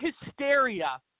hysteria